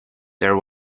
there